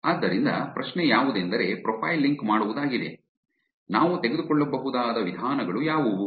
ಆದ್ದರಿಂದ ಪ್ರಶ್ನೆ ಯಾವುದೆಂದರೆ ಪ್ರೊಫೈಲ್ ಲಿಂಕ್ ಮಾಡುವುದಾಗಿದೆ ನಾವು ತೆಗೆದುಕೊಳ್ಳಬಹುದಾದ ವಿಧಾನಗಳು ಯಾವುವು